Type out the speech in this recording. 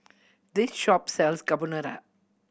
this shop sells Carbonara